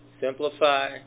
Simplify